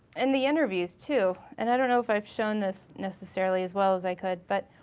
and the interviews too, and i don't know if i've shown this necessarily as well as i could but,